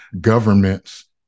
governments